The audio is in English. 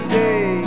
day